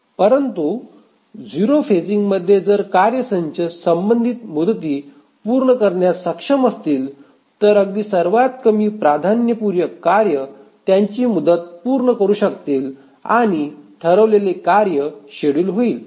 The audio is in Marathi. परंतु 0 फेजिंग मध्ये जर कार्ये संच संबंधित मुदती पूर्ण करण्यास सक्षम असतील तर अगदी सर्वात कमी प्राधान्यपूर्ण कार्ये त्यांची मुदत पूर्ण करू शकतील आणि ठरवलेले कार्य शेड्युल होईल